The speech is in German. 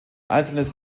einzelnes